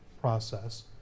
process